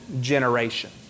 generation